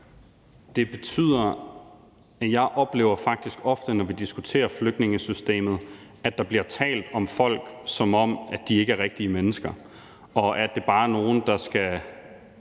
Det betyder, at jeg faktisk ofte oplever det sådan, når vi diskuterer flygtningesystemet, at der bliver talt om folk, som om de ikke er rigtige mennesker, og at de bare er nogle, der helst